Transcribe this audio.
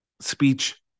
Speech